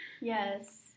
Yes